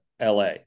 la